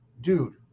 dude